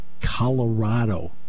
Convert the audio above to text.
Colorado